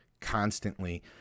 constantly